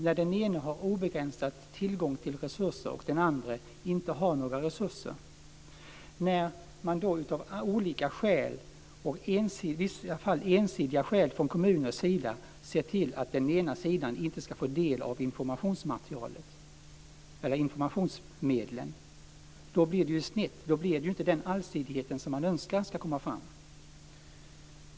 När den ena har obegränsad tillgång till resurser och den andra inte har några resurser - när man av olika skäl från kommunernas sida ser till att den ena sidan inte får del av informationsmedlen - blir det snett. Då blir det inte den allsidighet som man önskar.